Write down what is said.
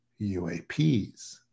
UAPs